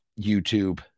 YouTube